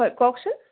হয় কওকচোন